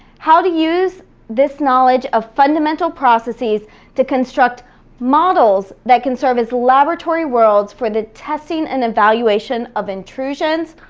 how to use this knowledge of fundamental processes to construct models that can serve as laboratory worlds for the testing and evaluation of intrusions,